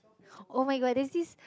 oh-my-god there's this